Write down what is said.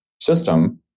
system